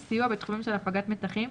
סיוע בתחומים של הפגת מתחים,